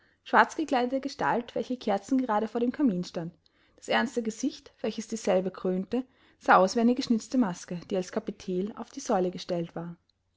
schwarzgekleidete gestalt welche kerzengerade vor dem kamin stand das ernste gesicht welches dieselbe krönte sah aus wie eine geschnitzte maske die als kapitäl auf die säule gestellt war